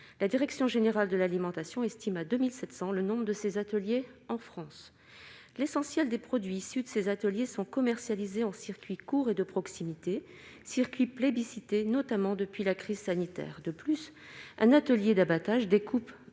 la direction générale de l'alimentation estime à 2700 le nombre de ces ateliers, en France, l'essentiel des produits issus de ces ateliers sont commercialisés en circuit court et de proximité circuit plébiscité, notamment depuis la crise sanitaire de plus, un atelier d'abattage découpe